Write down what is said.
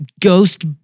ghost